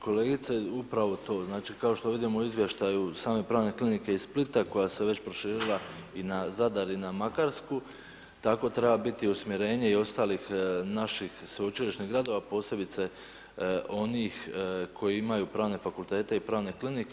Kolegice upravo to, znači kao što vidimo u izvještaju same pravne klinike iz Splita koja se već proširila i na Zadar i na Makarsku tako treba biti usmjerenje i ostalih naših sveučilišnih gradova, posebice onih koji imaju pravne fakultete i pravne klinike.